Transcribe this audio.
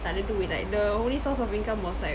tak ada duit like the only source of income was like